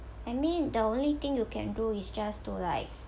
I mean the only thing you can do is just to like